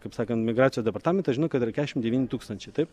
kaip sakant migracijos departamentas žino kad yra keturiasdešimt devyni tūkstančiai taip